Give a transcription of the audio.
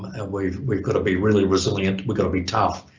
ah we've we've got to be really resilient we've going to be tough,